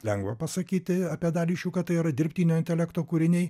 lengva pasakyti apie dalį iš jų kad tai yra dirbtinio intelekto kūriniai